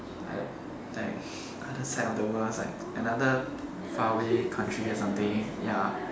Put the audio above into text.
I don't like other side of the world is like another faraway country or something ya